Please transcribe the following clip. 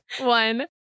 one